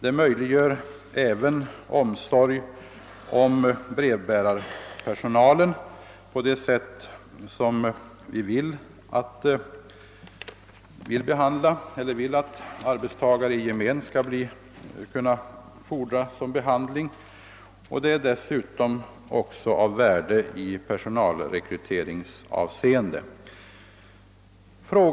Det skulle även ge förutsättningar för omsorg om brevbärarpersonalen på ett sätt som ligger i linje med vad vi anser att arbetstagare i gemen skall kunna fordra. Det blir dessutom av värde i personalrekryteringsavseende.